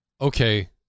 okay